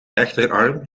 rechterarm